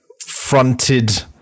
fronted